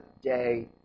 day